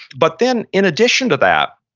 but then in addition to that,